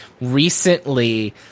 Recently